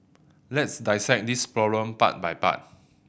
let's dissect this problem part by part